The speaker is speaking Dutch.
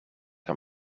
kan